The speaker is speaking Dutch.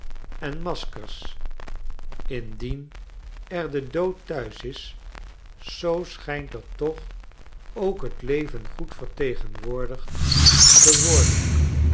en maskers indien er de dood thuis is zoo schijnt er toch ook het leven goed vertegenwoordigd te worden